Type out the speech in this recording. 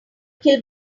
kill